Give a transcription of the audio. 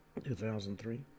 2003